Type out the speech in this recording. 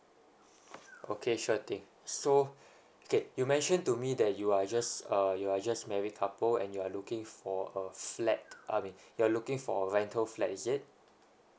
okay sure thing so okay you mentioned to me that you are just uh you are just married couple and you are looking for a flat I mean you are looking for a rental flat is it